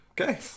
Okay